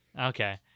okay